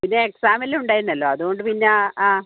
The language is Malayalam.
പിന്നെ എക്സാമെല്ലാം ഉണ്ടായേനല്ലോ അതുകൊണ്ടുപിന്നെ ആ